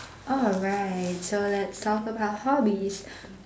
oh right so let's talk about hobbies